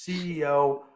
CEO